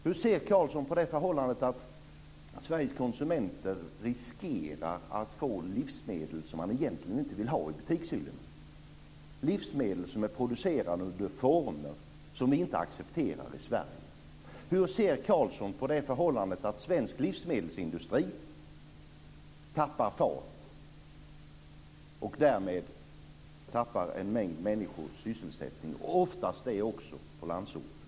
Hur ser Carlsson på det förhållandet att Sveriges konsumenter riskerar att få livsmedel som man egentligen inte vill ha i butikshyllorna, livsmedel som är producerade under former som vi inte accepterar i Sverige? Hur ser Carlsson på det förhållandet att svensk livsmedelsindustri tappar fart? Därmed tappar en mängd människor sysselsättningen - oftast det också på landsbygden.